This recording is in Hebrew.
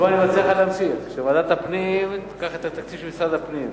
אני מציע לך להמשיך ושוועדת הפנים תיקח את התקציב של משרד הפנים,